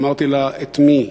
אמרתי לה: את מי?